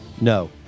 No